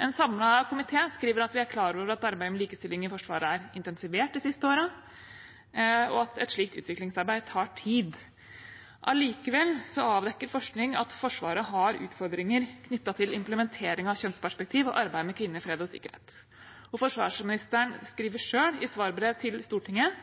En samlet komité skriver at vi er klar over at arbeidet med likestilling i Forsvaret er intensivert de siste årene, og at et slikt utviklingsarbeid tar tid. Likevel avdekker forskning at Forsvaret har utfordringer knyttet til implementering av kjønnsperspektiv og arbeidet med kvinner, fred og sikkerhet. Forsvarsministeren skriver selv i svarbrev til Stortinget: